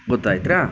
ಗೊತ್ತಾಯ್ತಾ